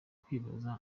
kwibaza